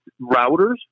routers